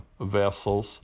vessels